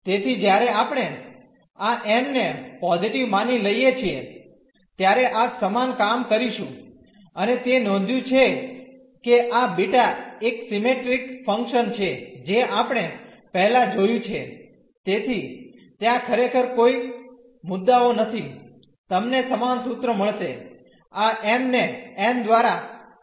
તેથી જ્યારે આપણે આ m ને પોઝીટીવ માની લઈએ છીએ ત્યારે આ સમાન કામ કરીશું અને તે નોંધ્યું છે કે આ બીટા એક સિમેટ્રીક ફંકશન છે જે આપણે પહેલા જોયું છે તેથી ત્યાં ખરેખર કોઈ મુદ્દાઓ નથી તમને સમાન સૂત્ર મળશે આ m ને n દ્વારા બદલવામાં આવશે